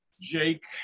Jake